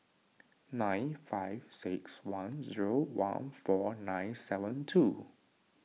nine five six one zero one four nine seven two